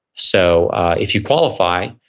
so if you qualify,